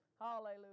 Hallelujah